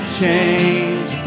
change